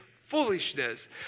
foolishness